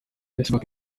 facebook